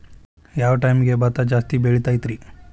ಯಾವ ಟೈಮ್ಗೆ ಭತ್ತ ಜಾಸ್ತಿ ಬೆಳಿತೈತ್ರೇ?